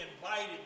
invited